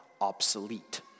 obsolete